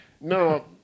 No